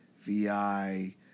VI